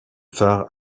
phare